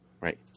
Right